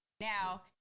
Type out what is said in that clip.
Now